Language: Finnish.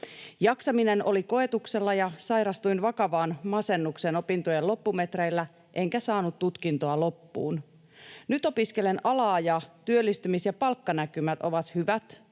Jaksaminen oli koetuksella ja sairastuin vakavaan masennukseen opintojen loppumetreillä, enkä saanut tutkintoa loppuun. Nyt opiskelen alaa ja työllistymis- ja palkkanäkymät ovat hyvät,